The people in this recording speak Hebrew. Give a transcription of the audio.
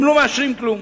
הם לא מאשרים דבר.